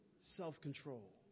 self-control